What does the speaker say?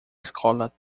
escola